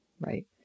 Right